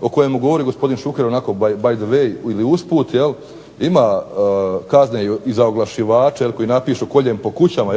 o kojem govori gospodin Šuker onako by the way, usput, ima kazne i za oglašivače koji napišu "Koljem po kućama"